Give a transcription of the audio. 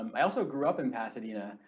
um i also grew up in pasadena,